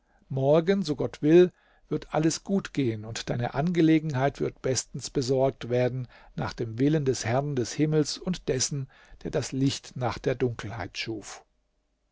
morgen so gott will wird alles gut gehen und deine angelegenheit wird bestens besorgt werden nach dem willen des herrn des himmels und dessen der das licht nach der dunkelheit schuf